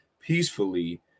peacefully